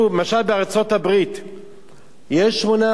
למשל בארצות-הברית יש 8%,